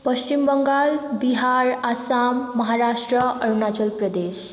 Paschim Bangal Bihar Assam Maharashtra Arunachal Pradesh